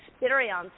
experience